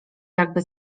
jakby